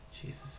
Jesus